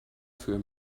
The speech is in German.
für